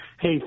Hey